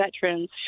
veterans